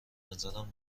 نظرم